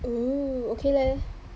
oo okay leh